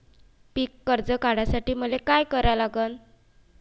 पिक कर्ज काढासाठी मले का करा लागन?